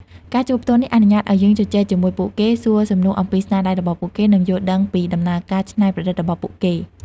ការជួបផ្ទាល់នេះអនុញ្ញាតឲ្យយើងជជែកជាមួយពួកគេ សួរសំណួរអំពីស្នាដៃរបស់ពួកគេ និងយល់ដឹងពីដំណើរការច្នៃប្រឌិតរបស់ពួកគេ។